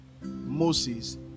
Moses